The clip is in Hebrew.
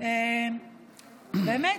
באמת